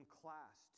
class